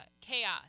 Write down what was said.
chaos